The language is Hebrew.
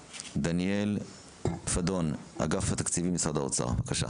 דניאל פדון, אגף התקציבים, משרד האוצר, בבקשה.